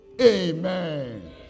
Amen